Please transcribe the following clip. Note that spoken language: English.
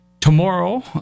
tomorrow